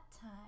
time